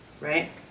right